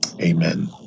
amen